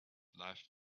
life